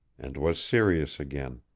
and was serious again.